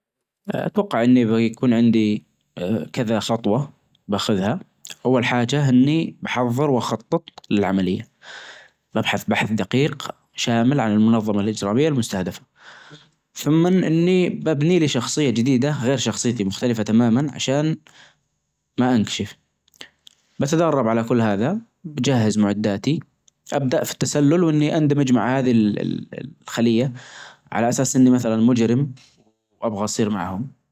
أتوقع أنه بيكون عندي آآ كذا خطوة باخذها، أول حاجة إني بحظر وأخطط للعملية، ببحث بحث دقيق شامل عن المنظمة الإجرامية المستهدفة، ثمن إني ببني لي شخصية جديدة غير شخصيتي مختلفة تماما عشان ما أنكشف، بتدرب على كل هذا بجهز معداتي أبدأ في التسلل وإني اندمج مع هذي ال-ال-الخلية على أساس إني مثلا مجرم وابغى أصير معهم.